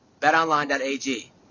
BetOnline.ag